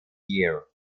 year